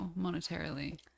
monetarily